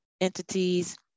entities